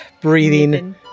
breathing